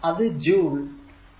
അത് ജൂൾ ൽ